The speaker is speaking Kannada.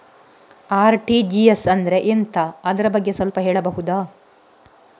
ಆರ್.ಟಿ.ಜಿ.ಎಸ್ ಅಂದ್ರೆ ಎಂತ ಅದರ ಬಗ್ಗೆ ಸ್ವಲ್ಪ ಹೇಳಬಹುದ?